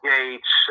Gates